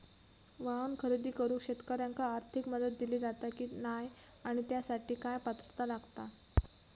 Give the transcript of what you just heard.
वाहन खरेदी करूक शेतकऱ्यांका आर्थिक मदत दिली जाता की नाय आणि त्यासाठी काय पात्रता लागता?